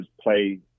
play